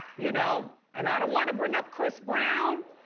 you know? and i don't want to bring up chris brown,